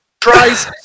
Tries